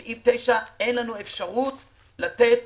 בסעיף 9 אין לנו אפשרות לתת